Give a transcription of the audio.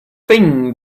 thing